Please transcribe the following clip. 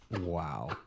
Wow